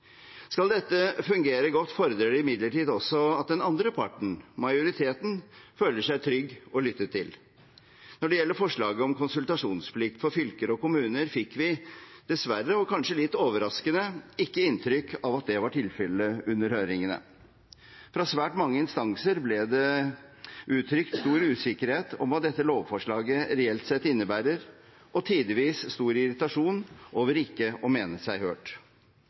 Skal dette fungere godt, fordrer det imidlertid også at den andre parten, majoriteten, føler seg trygg og lyttet til. Når det gjelder forslaget om konsultasjonsplikt for fylker og kommuner, fikk vi dessverre – og kanskje litt overraskende – ikke inntrykk av at det var tilfellet under høringene. Fra svært mange instanser ble det uttrykt stor usikkerhet om hva dette lovforslaget reelt sett innebærer, og tidvis stor irritasjon over ikke å mene seg hørt.